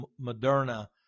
Moderna